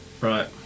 Right